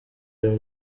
ayo